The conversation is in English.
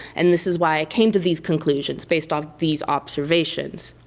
and this is why i came to these conclusions based on these observations.